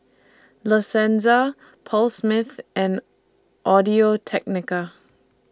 La Senza Paul Smith and Audio Technica